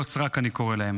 אני קורא להן